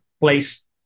place